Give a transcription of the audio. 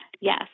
Yes